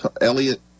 Elliot